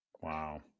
Wow